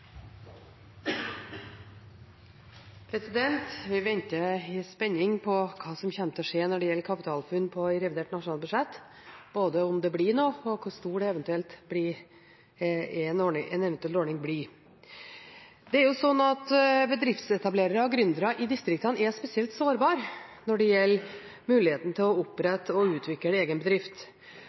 Vi venter i spenning på hva som kommer til å skje når det gjelder KapitalFUNN i revidert nasjonalbudsjett – både om det blir noe, og hvor stor en eventuell ordning blir. Bedriftsetablerere og gründere i distriktene er spesielt sårbare når det gjelder muligheten til å opprette og utvikle egen bedrift.